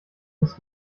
ist